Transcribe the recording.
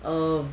uh